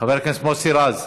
חבר הכנסת מוסי רז,